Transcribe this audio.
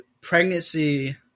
pregnancy